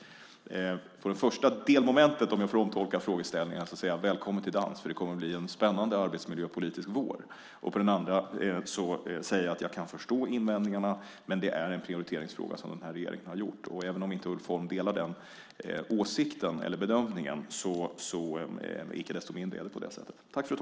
I det första delmomentet, om jag får omtolka frågeställningarna, säger jag: Välkommen till dans! Det kommer att bli en spännande arbetsmiljöpolitisk vår. I det andra säger jag att jag kan förstå invändningarna, men det är en prioriteringsfråga som regeringen har gjort. Även om Ulf Holm inte delar den åsikten eller bedömningen så är det icke desto mindre på detta sätt.